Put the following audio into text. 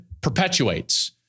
perpetuates